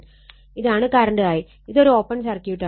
ഇതാണ് current I ഇത് ഒരു ഓപ്പൺ സർക്യൂട്ടാണ്